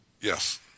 Yes